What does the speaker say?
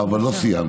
אבל לא סיימתי.